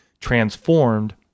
transformed